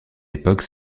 époque